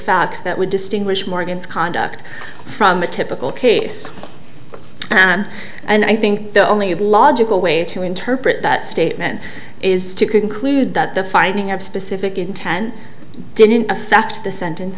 facts that would distinguish morgan's conduct from the typical case and and i think the only logical way to interpret that statement is to conclude that the finding of specific intent didn't affect the sentence